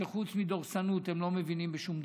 שחוץ מדורסנות הם לא מבינים בשום דבר,